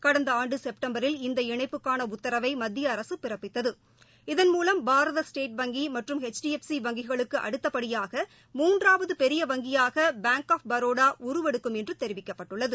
கடந்த ஆண்டு செப்டம்பரில் இந்த இணைப்புக்கான உத்தரவை மத்திய அரசு பிறப்பித்தது இதன் மூலம் பாரத ஸ்டேட் வங்கி மற்றும் ஹெச் டி எஃப் சி வங்கிகளுக்கு அடுத்தபடியாக மூன்றாவது பெரிய வங்கியாக பேங்க் ஆஃப் பரோடா உருவெடுக்கும் என்று தெரிவிக்கப்பட்டுள்ளது